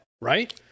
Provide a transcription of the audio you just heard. Right